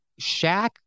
Shaq